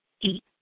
eat